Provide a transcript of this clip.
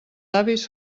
avis